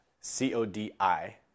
C-O-D-I